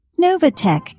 Novatech